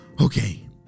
Okay